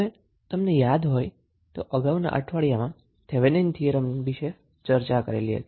હવે જો તમને યાદ હોય તો અગાઉના અઠવાડિયામાં થેવેનિન થીયરમ વિષે ચર્ચા કરેલ હતી